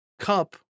cup